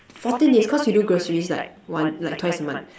fourteen days cause you do groceries like one like twice a month